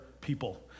people